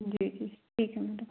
जी जी ठीक है मैडम